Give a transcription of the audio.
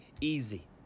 easy